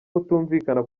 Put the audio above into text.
kutumvikana